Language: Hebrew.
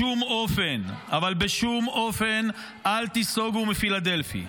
בשום אופן, אבל בשום אופן, אל תיסוגו מפילדלפי.